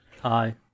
Hi